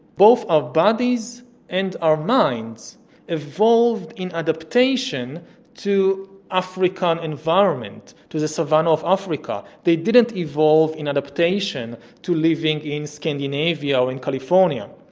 both our bodies and our minds evolved in adaptation to african environment. to the savannah of africa, they didn't evolve in adaptation to living in scandinavia or in california.